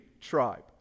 tribe